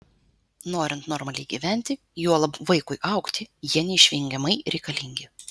norint normaliai gyventi juolab vaikui augti jie neišvengiamai reikalingi